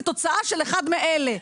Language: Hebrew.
כתוצאה של אחד מאלה,